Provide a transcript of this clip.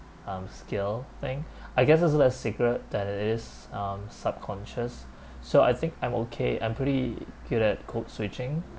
mm skill thing I guess it's a less secret than it is um subconscious so I think I'm okay I'm pretty good at code switching